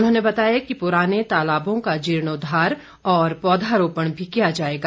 उन्होंने बताया कि पुराने तालाबों का जीर्णोद्वार और पौधारोपण भी किया जाएगा